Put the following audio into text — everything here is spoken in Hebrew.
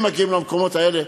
הם מגיעים למקומות האלה.